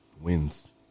wins